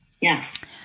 Yes